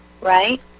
right